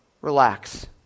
Relax